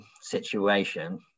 situation